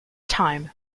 time